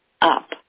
up